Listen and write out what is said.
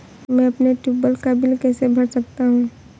मैं अपने ट्यूबवेल का बिल कैसे भर सकता हूँ?